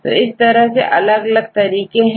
तो इस तरह से अलग अलग तरीके हैं